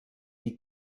die